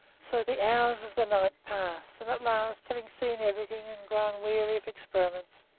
so the hours of the night pass, and at last, having seen everything and grown weary of experiments,